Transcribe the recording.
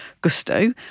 Gusto